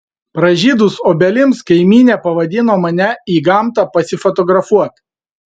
pražydus obelims kaimynė pavadino mane į gamtą pasifotografuot